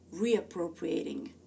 reappropriating